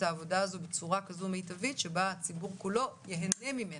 העבודה הזאת בצורה כזאת מיטבית שבה הציבור כולו יהנה ממנה.